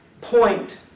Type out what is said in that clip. point